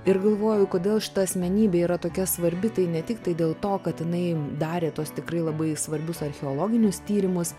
ir galvoju kodėl šita asmenybė yra tokia svarbi tai ne tiktai dėl to kad jinai darė tuos tikrai labai svarbius archeologinius tyrimus